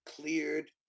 cleared